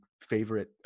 favorite